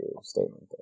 statement